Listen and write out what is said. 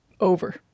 over